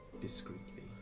discreetly